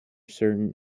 certain